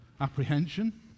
apprehension